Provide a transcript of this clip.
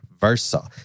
versa